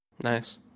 Nice